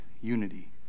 unity